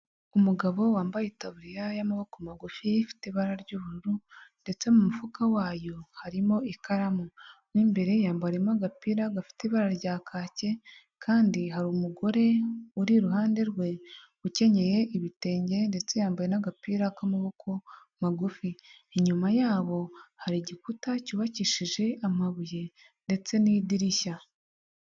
Umugabo wambaye itaburiya y'amaboko magufi, ifite ibara ry'ubururu ndetse mu mufuka wayo harimo ikaramu, mo imbere yambariyemo agapira gafite ibara rya kake, kandi hari umugore uri iruhande rwe ukenyeye ibitenge ndetse yambaye n'agapira k'amaboko magufi, inyuma yabo hari igikuta cyubakishije amabuye ndetse n'idirishya.